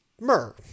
myrrh